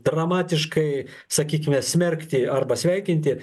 dramatiškai sakykime smerkti arba sveikinti